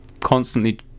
constantly